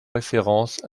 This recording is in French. référence